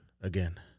again